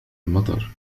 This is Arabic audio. المطر